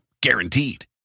Guaranteed